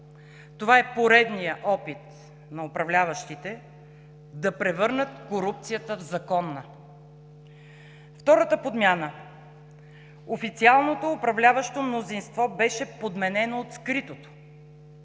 Това е поредният опит на управляващите да превърнат корупцията в законна. Втората подмяна – официалното управляващо мнозинство беше подменено от скритото.